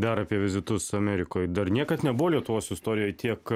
dar apie vizitus amerikoj dar niekad nebuvo lietuvos istorijoj tiek